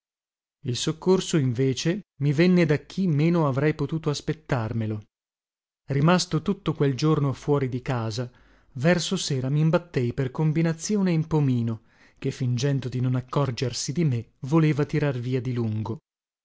il soccorso invece mi venne da chi meno avrei potuto aspettarmelo rimasto tutto quel giorno fuori di casa verso sera mimbattei per combinazione in pomino che fingendo di non accorgersi di me voleva tirar via di lungo